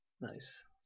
Nice